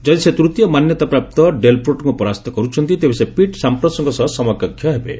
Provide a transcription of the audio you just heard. ଯଦି ସେ ତୂତୀୟ ମାନ୍ୟତାପ୍ରାପ୍ତ ଡେଲପୋଟ୍ରୋଙ୍କୁ ପରାସ୍ତ କରୁଛନ୍ତି ତେବେ ସେ ପିଟ ସାମ୍ପ୍ରସଙ୍କ ସହ ସମକକ୍ଷ ହେବେ